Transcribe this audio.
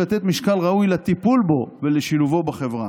יש לתת משקל ראוי לטיפול בו ולשילובו בחברה.